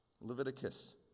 Leviticus